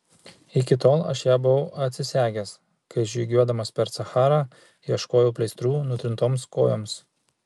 iki tol aš ją buvau atsisegęs kai žygiuodamas per sacharą ieškojau pleistrų nutrintoms kojoms